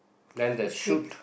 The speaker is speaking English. then there's shoot